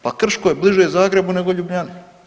Pa Krško je bliže Zagrebu nego Ljubljani.